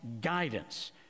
guidance